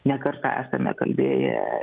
ne kartą esame kalbėję